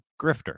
grifter